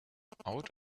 out